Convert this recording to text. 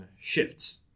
shifts